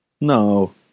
no